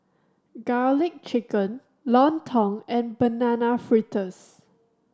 Garlic Chicken Lontong and Banana Fritters